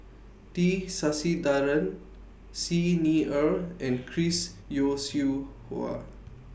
T Sasitharan Xi Ni Er and Chris Yeo Siew Hua